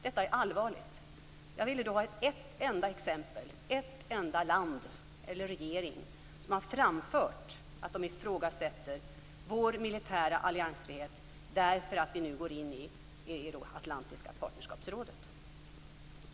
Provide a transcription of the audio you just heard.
Detta är allvarligt. Jag vill ha ett enda exempel på ett land eller en regering som har framfört att man ifrågasätter vår militära alliansfrihet därför att vi nu går in i Euroatlantiska partnerskapsrådet.